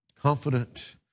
Confident